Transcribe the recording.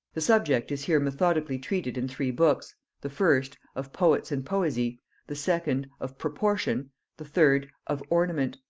the subject is here methodically treated in three books the first, of poets and poesy the second, of proportion the third, of ornament.